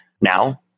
now